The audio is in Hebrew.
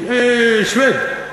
שוויד.